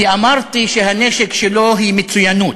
כי אמרתי שהנשק שלו הוא מצוינות.